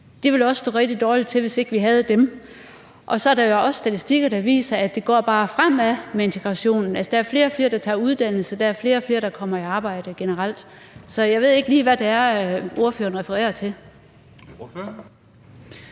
Det ville også stå rigtig dårlig til, hvis ikke vi havde dem. Og så er der jo også statistikker, der viser, at det bare går fremad med integrationen. Der er flere og flere, der tager uddannelse. Der er flere og flere, der kommer i arbejde generelt. Så jeg ved ikke lige, hvad det er, ordføreren refererer til. Kl.